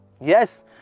Yes